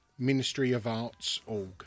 ministryofartsorg